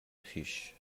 پیش